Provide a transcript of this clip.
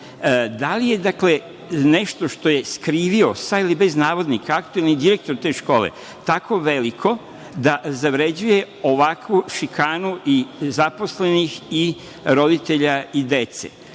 Da li je nešto što je skrivio, sa ili bez navodnika, aktuelni direktor te škole tako veliko da zavrđuje ovakvu šikanu zaposlenih i roditelja i dece?